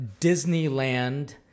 Disneyland